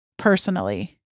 Personally